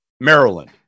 Maryland